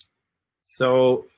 so,